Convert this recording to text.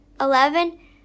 Eleven